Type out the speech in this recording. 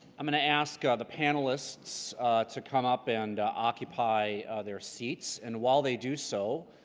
i'm going to ask ah the panelists to come up and occupy their seats. and while they do so,